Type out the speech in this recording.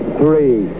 three